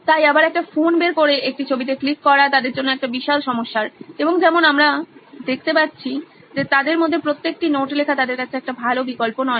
তাই আবার একটা ফোন বের করে একটি ছবিতে ক্লিক করা তাদের জন্য একটি বিশাল সমস্যা এবং যেমন আমরা যা দেখতে পাচ্ছি যে তাদের মতে প্রত্যেকটি নোট লেখা তাদের কাছে একটা ভালো বিকল্প নয়